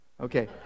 Okay